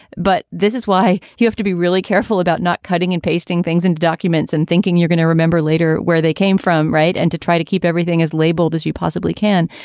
but this is why you have to be really careful about not cutting and pasting things and documents and thinking you're going to remember later where they came from. right. and to try to keep everything as labeled as you possibly can.